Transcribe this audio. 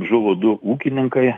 žuvo du ūkininkai